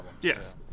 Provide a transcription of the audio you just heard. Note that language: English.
Yes